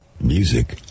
Music